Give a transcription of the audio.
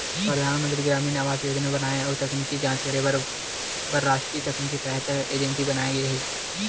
परधानमंतरी गरामीन आवास योजना बनाए अउ तकनीकी जांच करे बर रास्टीय तकनीकी सहायता एजेंसी बनाये गे हे